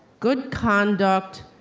good conduct,